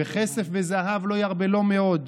וכסף וזהב לא ירבה לו מאוד".